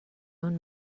own